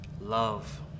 love